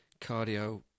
cardio